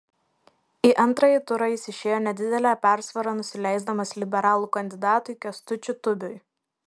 į antrąjį turą jis išėjo nedidele persvara nusileisdamas liberalų kandidatui kęstučiu tubiui